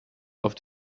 auf